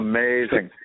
Amazing